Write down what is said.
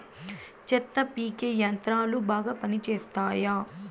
చెత్త పీకే యంత్రాలు బాగా పనిచేస్తాయా?